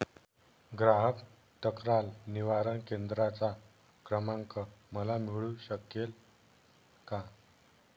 ग्राहक तक्रार निवारण केंद्राचा क्रमांक मला मिळू शकेल का?